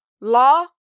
Law